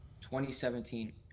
2017